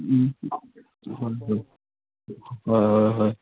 হয় হয় হয় হয় হয়